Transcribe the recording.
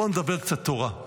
בוא נדבר קצת תורה.